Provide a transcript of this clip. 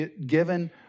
given